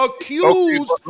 accused